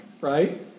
right